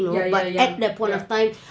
ya ya ya yup